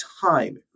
time